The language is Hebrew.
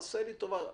עשה לי טובה,